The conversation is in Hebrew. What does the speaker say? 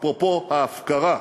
אפרופו ההפקרה,